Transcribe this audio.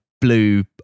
blue